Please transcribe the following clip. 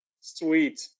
sweet